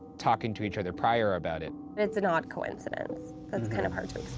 talking to each other prior about it. it's not coincidence. that's kind of hard